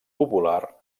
popular